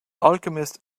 alchemist